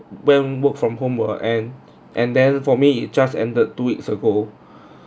when work from home will end and then for me it just ended two weeks ago